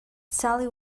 sally